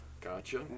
Gotcha